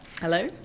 Hello